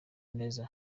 neza